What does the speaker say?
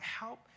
help